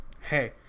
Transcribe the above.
Hey